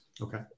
Okay